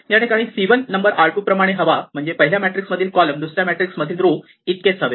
या ठिकाणी c 1 number r 2 प्रमाणे हवा म्हणजे पहिल्या मॅट्रिक्स मधील कॉलम दुसऱ्या मॅट्रिक्स मधील रो ईतकेच हवे